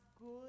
good